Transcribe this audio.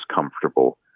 comfortable